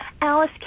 Alice